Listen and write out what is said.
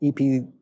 EP